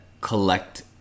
collect